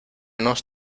nos